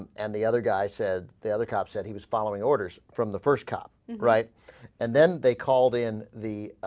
and the other guy said the other cops said he was following orders from the first cup and and then they call the and the